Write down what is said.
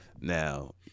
Now